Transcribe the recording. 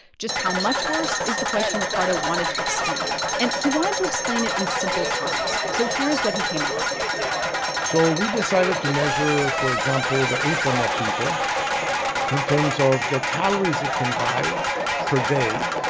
just how much worse is the question ricardo wanted to explain. and he wanted to explain it in simple terms so here's what he came up with so we decided to measure, for example, the income of people in terms of the calories it can buy per day.